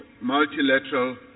multilateral